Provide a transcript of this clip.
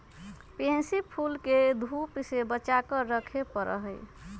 pansy फूल के धूप से बचा कर रखे पड़ा हई